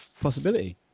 possibility